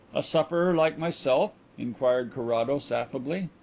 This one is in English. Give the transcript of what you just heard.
a sufferer like myself? inquired carrados affably.